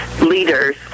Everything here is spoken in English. leaders